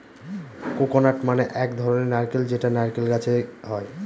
coconut মানে এক ধরনের নারকেল যেটা নারকেল গাছে হয়